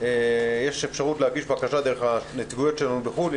יש אפשרות להגיש בקשה דרך הנציגויות שלנו בחו"ל,